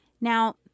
Now